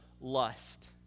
lust